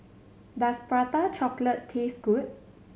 does Prata Chocolate taste good